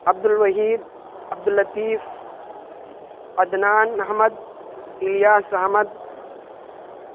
Abdul Waheed Abdul Latif Adnan Ahmed Ilyas Ahmad